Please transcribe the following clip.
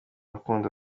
rukundo